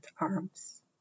arms